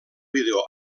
vídeo